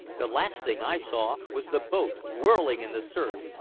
the last thing i saw was the boat whirling in the surf,